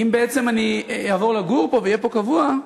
אני אעבור לגור פה, ואהיה פה קבוע,